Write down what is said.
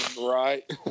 Right